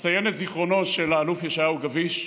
אציין את זיכרונו של האלוף ישעיהו גביש.